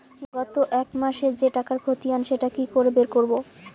গত এক মাসের যে টাকার খতিয়ান সেটা কি করে বের করব?